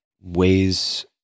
ways